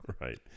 right